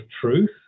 truth